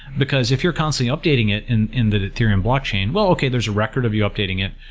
because if you're constantly updating it in in the ethereum block chain, well, okay, there's a record of you updating it.